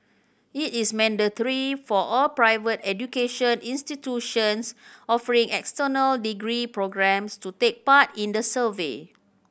it is mandatory for all private education institutions offering external degree programmes to take part in the survey